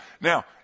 Now